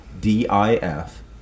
D-I-F